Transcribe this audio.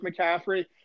McCaffrey